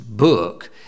book